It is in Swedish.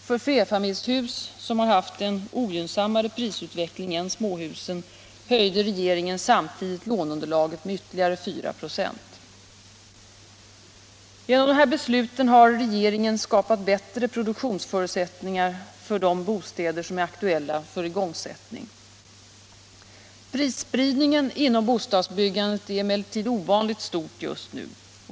För flerfamiljshus, som har haft en ogynnsammare prisutveckling än småhusen, höjde regeringen samtidigt låneunderlaget med ytterligare 4 926. Genom dessa beslut har regeringen skapat bättre produktionsförutsättningar för de bostäder som är aktuella för igångsättning. Prisspridningen inom bostadsbyggandet är emellertid ovanligt stor just nu.